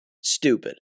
Stupid